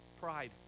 Pride